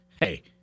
Hey